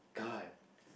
god